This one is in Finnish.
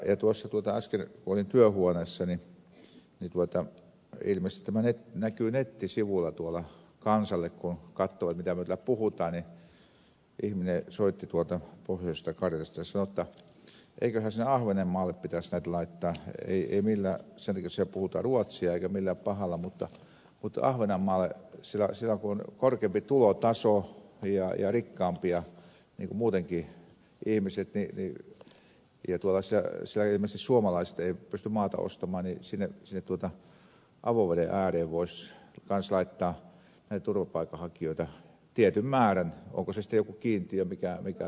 äsken kun olin työhuoneessani niin ilmeisesti tämä näkyy nettisivuilla kansalle joka katsoo mitä me täällä puhumme ihminen soitti tuolta pohjoisesta karjalasta ja sanoi jotta eiköhän sinne ahvenanmaalle pitäisi näitä laittaa ei millään sen takia jotta siellä puhutaan ruotsia eikä millään pahalla mutta kun ahvenanmaalla on korkeampi tulotaso ja rikkaampia muutenkin ihmiset ja siellä ilmeisesti suomalaiset eivät pysty maata ostamaan niin sinne avoveden ääreen voisi kanssa laittaa näitä turvapaikanhakijoita tietyn määrän onko se sitten joku kiintiö